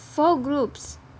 four groups